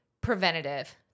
preventative